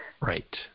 Right